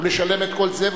לשלב את כל זה,